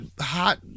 hot